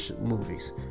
movies